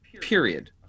period